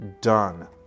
done